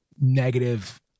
negative